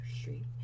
Street